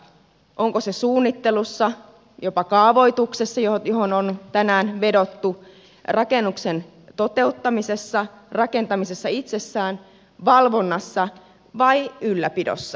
onko se suunnittelussa jopa kaavoituksessa johon on tänään vedottu rakennuksen toteuttamisessa rakentamisessa itsessään valvonnassa vai ylläpidossa ympäri suomen